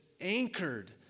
anchored